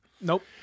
nope